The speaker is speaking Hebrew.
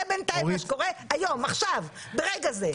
זה מה שקורה ברגע זה.